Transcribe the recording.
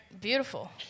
beautiful